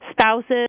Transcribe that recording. spouses